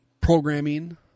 programming